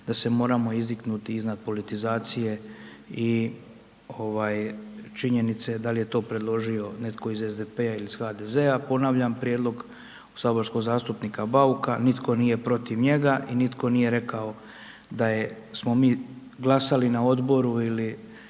da se moramo izdignuti iznad politizacije i činjenice da li je to predložio netko iz SDP-a ili iz HDZ-a. Ponavljam, prijedlog saborskog zastupnika Bauka, nitko nije protiv njega i nitko nije rekao da smo mi glasali na odboru ili